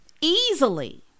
easily